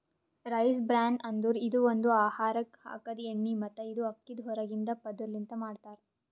rice bran ಅಂದುರ್ ಇದು ಒಂದು ಆಹಾರಕ್ ಹಾಕದ್ ಎಣ್ಣಿ ಮತ್ತ ಇದು ಅಕ್ಕಿದ್ ಹೊರಗಿಂದ ಪದುರ್ ಲಿಂತ್ ಮಾಡ್ತಾರ್